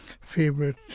favorite